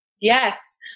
Yes